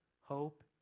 hope